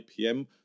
IPM